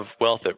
wealth